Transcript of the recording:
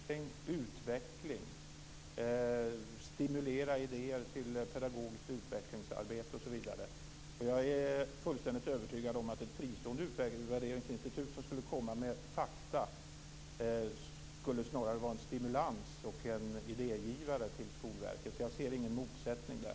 Fru talman! Skolverket har många uppgifter, bl.a. att utvärdera, utveckla och att stimulera idéer till pedagogiskt utvecklingsarbete. Jag är fullständigt övertygad om att ett fristående utvärderingsinstitut som skulle komma med fakta snarare skulle vara en stimulans och en idégivare till Skolverket. Jag ser ingen motsättning där.